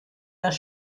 das